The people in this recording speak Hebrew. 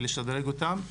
לשדרג אותם.